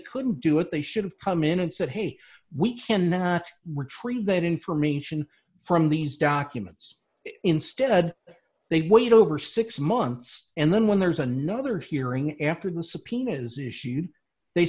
could do it they should have come in and said hey we can retrieve that information from these documents instead they wait over six months and then when there's another hearing after the subpoenas issued they